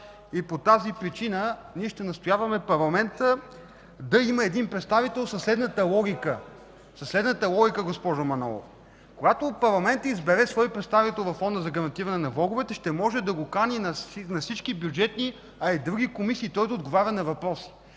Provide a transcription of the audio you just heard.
По тази причина ние ще настояваме парламентът да има един представител със следната логика, госпожо Манолова. Когато парламентът избере свой представител във Фонда за гарантиране на влоговете, ще може да го покани на всички бюджетни, а и в други комисии, той да отговаря на въпроси.